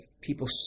people